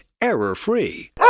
error-free